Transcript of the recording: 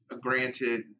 granted